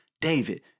David